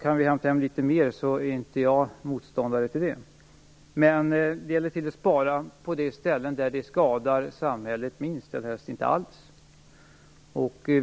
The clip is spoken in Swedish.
Kan vi hämta hem litet mer är jag inte motståndare till det. Men det gäller att spara på de ställen där det skadar samhället minst, eller helst inte alls.